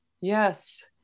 yes